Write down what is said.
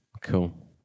Cool